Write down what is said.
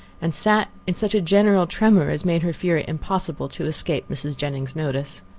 and sat in such a general tremour as made her fear it impossible to escape mrs. jennings's notice.